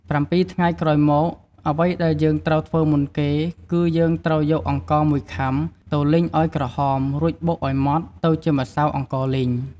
៧ថ្ងៃក្រោយមក អ្វីដែលយើងត្រូវធ្វើមុនគេ គឺយើងត្រូវយកអង្ករមួយខំា ទៅលីងឱ្យក្រហម រួចបុកឱ្យម៉ដ្ដទៅជាម្សៅអង្ករលីង។